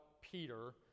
Peter